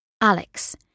Alex